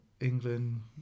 England